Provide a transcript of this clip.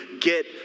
get